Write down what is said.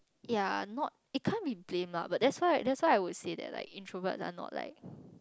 ya not it can't be blamed lah but that's why that's why I would say that like introverts are not like